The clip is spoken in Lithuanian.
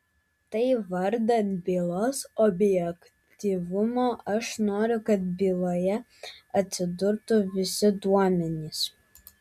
tai vardan bylos objektyvumo aš noriu kad byloje atsidurtų visi duomenys